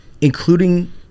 including